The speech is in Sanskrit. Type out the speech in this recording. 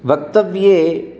वक्तव्ये